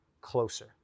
closer